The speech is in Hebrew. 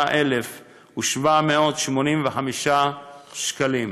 366,785 שקלים.